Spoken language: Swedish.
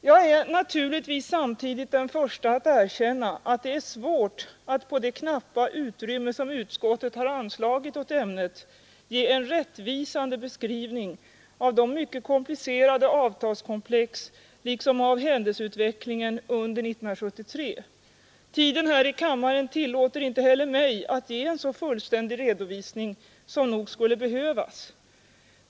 Jag är naturligtvis samtidigt den första att erkänna att det är svårt att på det knappa utrymme som utskottet anslagit åt ämnet ge en rättvisande beskrivning av det mycket komplicerade avtalskomplexet liksom av händelseutvecklingen under 1973. Tiden här i kammaren tillåter inte heller mig att ge en så fullständig redovisning som nog skulle behövas.